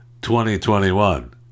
2021